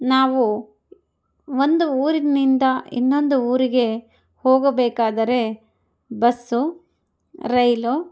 ನಾವು ಒಂದು ಊರಿನಿಂದ ಇನ್ನೊಂದು ಊರಿಗೆ ಹೋಗಬೇಕಾದರೆ ಬಸ್ಸು ರೈಲು